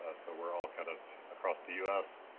ah so we're all kind of across the u s.